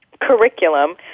curriculum